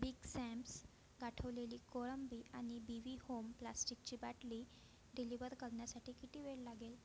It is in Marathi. बिग सॅम्स गोठवलेली कोळंबी आणि बीवी होम प्लॅस्टिकची बाटली डिलिवर करण्यासाठी किती वेळ लागेल